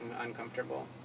uncomfortable